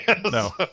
No